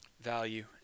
value